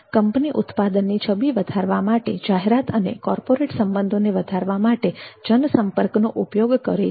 company ઉત્પાદનની છબી વધારવા માટે જાહેરાત અને કોર્પોરેટ સંબંધોને વધારવા માટે જનસંપર્ક નો ઉપયોગ કરે છે